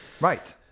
Right